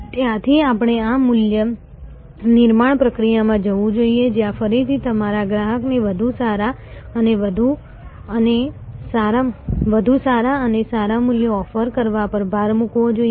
ત્યાંથી આપણે આ મૂલ્ય નિર્માણ પ્રક્રિયામાં જવું જોઈએ જ્યાં ફરીથી તમારા ગ્રાહકને વધુ સારા અને સારા મૂલ્યો ઓફર કરવા પર ભાર મૂકવો જોઈએ